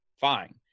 fine